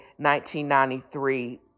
1993